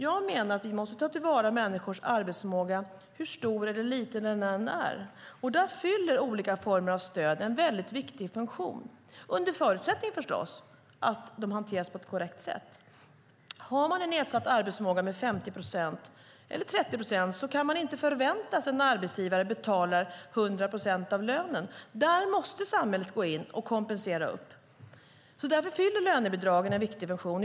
Jag menar att vi måste ta till vara människors arbetsförmåga hur stor eller liten den än är. Där fyller olika former av stöd en väldigt viktig funktion, under förutsättning förstås att de hanteras på rätt sätt. Har man en nedsatt arbetsförmåga med 30 procent kan man inte förvänta sig att en arbetsgivare betalar 100 procent av lönen. Där måste samhället gå in och kompensera upp. Därför fyller lönebidragen en viktig funktion.